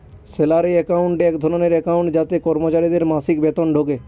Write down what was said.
salary account এক ধরনের account যাতে কর্মচারীদের মাসিক বেতন ঢোকে